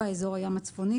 אזור הים הצפוני,